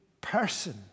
person